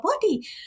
body